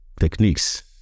techniques